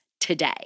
today